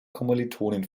kommilitonin